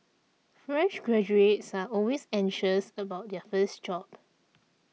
fresh graduates are always anxious about their first job